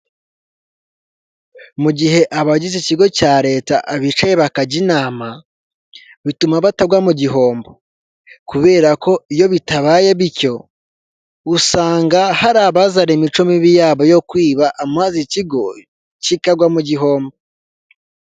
Mu gihe abagize ikigo cya leta abicaye bakajya inama bituma batagwa mu gihombo kubera ko iyo bitabaye bityo usanga hari abazana imico mibi yabo yo kwiba maze ikigo kikagwa mu gihombo .